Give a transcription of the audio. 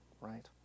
right